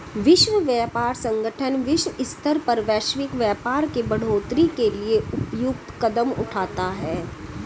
विश्व व्यापार संगठन विश्व स्तर पर वैश्विक व्यापार के बढ़ोतरी के लिए उपयुक्त कदम उठाता है